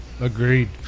Agreed